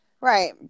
right